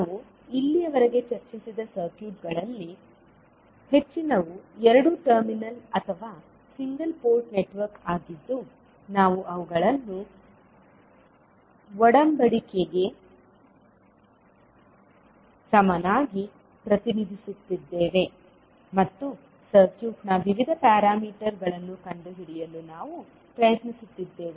ನಾವು ಇಲ್ಲಿಯವರೆಗೆ ಚರ್ಚಿಸಿದ ಸರ್ಕ್ಯೂಟ್ಗಳಲ್ಲಿ ಹೆಚ್ಚಿನವು ಎರಡು ಟರ್ಮಿನಲ್ ಅಥವಾ ಸಿಂಗಲ್ ಪೋರ್ಟ್ ನೆಟ್ವರ್ಕ್ ಆಗಿದ್ದು ನಾವು ಅವುಗಳನ್ನು ಒಡಂಬಡಿಕೆಗೆ ಸಮನಾಗಿ ಪ್ರತಿನಿಧಿಸುತ್ತಿದ್ದೇವೆ ಮತ್ತು ಸರ್ಕ್ಯೂಟ್ನ ವಿವಿಧ ಪ್ಯಾರಾಮೀಟರ್ಗಳನ್ನು ಕಂಡುಹಿಡಿಯಲು ನಾವು ಪ್ರಯತ್ನಿಸುತ್ತಿದ್ದೇವೆ